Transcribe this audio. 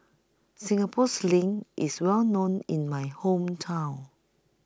Singapore Sling IS Well known in My Hometown